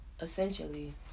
essentially